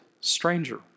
stranger